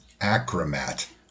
acromat